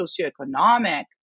socioeconomic